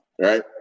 Right